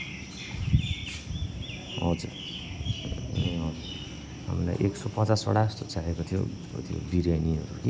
हजुर ए हजुर हामीलाई एकसौ पचासवटा जस्तो चाहिएको थियो त्यो बिर्यानीहरू कि